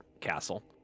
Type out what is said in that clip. castle